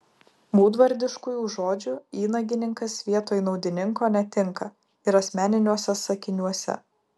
būdvardiškųjų žodžių įnagininkas vietoj naudininko netinka ir asmeniniuose sakiniuose